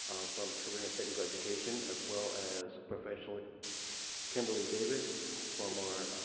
from career and technical education, as well as professor like kimberly davis, from our